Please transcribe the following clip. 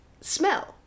smell